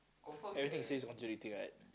everything you say is contradicting right